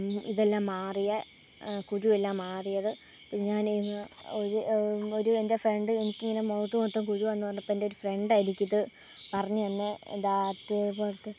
ഇതെല്ലാം മാറിയ കുരുവെല്ലാം മാറിയത് ഞാന് ഒരു ഒരു എൻ്റെ ഫ്രണ്ട് എനിക്ക് ഇങ്ങനെ മുഖത്ത് മൊത്തം കുരുവാണ് എന്ന് പറഞ്ഞപ്പോൾ എൻ്റെ ഒരു ഫ്രണ്ട് എനിക്കിത് പറഞ്ഞു തന്നേ